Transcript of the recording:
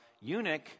eunuch